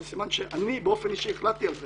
זה סימן שאני באופן אישי החלטתי על זה.